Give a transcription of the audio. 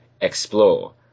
explore